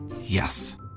Yes